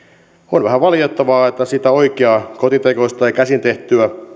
on vähän valitettavaa että sitä oikeaa kotitekoista ja käsin tehtyä